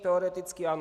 Teoreticky ano.